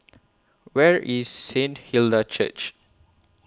Where IS Saint Hilda's Church